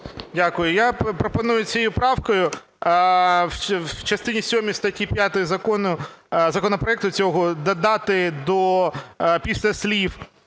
Дякую. Я пропоную цією правкою у частині сьомій статті 5 законопроекту цього додати після слів